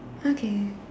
okay